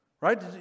right